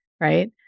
right